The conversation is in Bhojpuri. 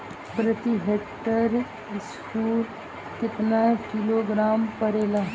प्रति हेक्टेयर स्फूर केतना किलोग्राम परेला?